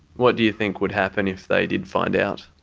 what do you think would happen if they did find out?